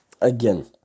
again